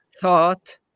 thought